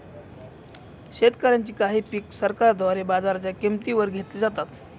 शेतकऱ्यांची काही पिक सरकारद्वारे बाजाराच्या किंमती वर घेतली जातात